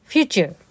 Future